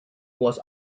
was